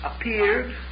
appeared